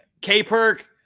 K-Perk